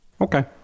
Okay